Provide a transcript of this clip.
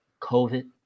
COVID